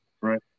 Right